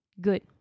Good